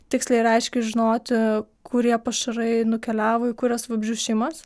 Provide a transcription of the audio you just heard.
tiksliai ir aiškiai žinoti kurie pašarai nukeliavo į kurias vabzdžių šeimas